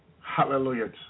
Hallelujah